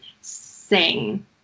sing